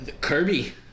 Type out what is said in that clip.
kirby